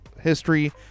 history